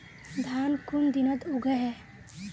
धान कुन दिनोत उगैहे